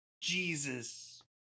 Jesus